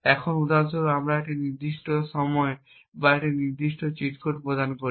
এখন যদি উদাহরণস্বরূপ আমরা একটি নির্দিষ্ট ইনপুট নির্দিষ্ট সময় বা একটি নির্দিষ্ট চিট কোড প্রদান করি